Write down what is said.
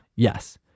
Yes